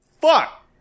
fuck